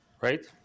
Right